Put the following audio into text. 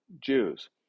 Jews